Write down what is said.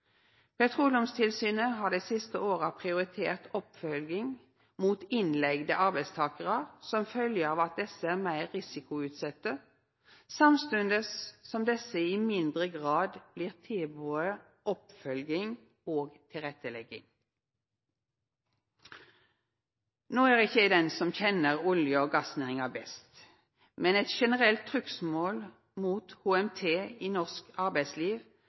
har dei siste åra prioritert oppfølging mot innleigde arbeidstakarar som følgje av at desse er meir risikoutsette, samstundes som desse i mindre grad blir tilbodne oppfølging og tilrettelegging. No er ikkje eg den som kjenner olje- og gassnæringa best, men eit generelt trugsmål mot HMT i norsk arbeidsliv